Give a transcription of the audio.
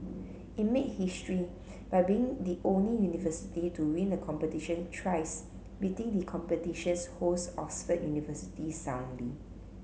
it made history by being the only university to win the competition thrice beating the competition's host Oxford University soundly